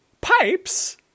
pipes